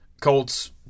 Colts